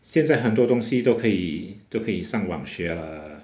现在很多东西都可以都可以上网学 lah